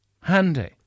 Handy